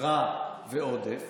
יתרה ועודף,